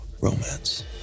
romance